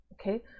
Okay